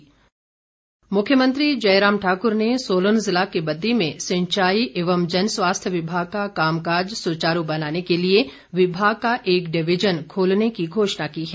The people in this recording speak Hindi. जयराम ठाकुर मुख्यमंत्री जयराम ठाकुर ने सोलन जिला के बद्दी में सिंचाई एवं जनस्वास्थ्य विभाग का काम काज सुचारू बनाने के लिए विभाग का एक डिविजन खोलने की घोषणा की है